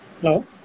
Hello